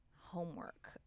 homework